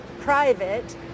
private